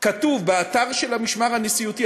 כתוב באתר של המשמר הנשיאותי,